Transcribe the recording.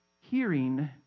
hearing